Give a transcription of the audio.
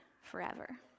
forever